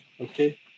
Okay